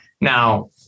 Now